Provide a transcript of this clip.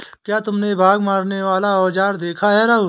क्या तुमने बाघ मारने वाला औजार देखा है राहुल?